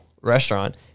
restaurant